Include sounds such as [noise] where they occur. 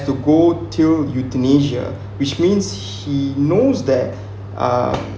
to go to euthanasia [breath] which means he knows that [breath] um